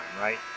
right